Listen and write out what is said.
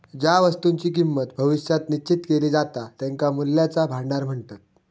ज्या वस्तुंची किंमत भविष्यात निश्चित केली जाता त्यांका मूल्याचा भांडार म्हणतत